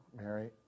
Mary